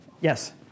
Yes